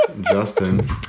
Justin